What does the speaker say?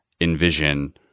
envision